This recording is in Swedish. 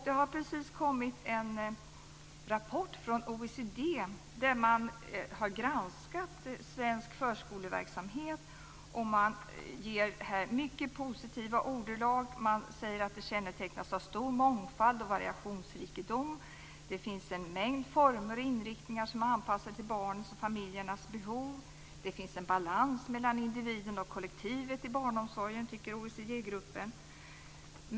Det har precis kommit en rapport från OECD där man har granskat svensk förskoleverksamhet. Man talar i mycket positiva ordalag, och man säger att den kännetecknas av stor mångfald och variationsrikedom, att det finns en mängd former och inriktningar som är anpassade till barnens och familjernas behov. Det finns en balans mellan individen och kollektivet i barnomsorgen, tycker OECD-gruppen.